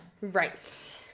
Right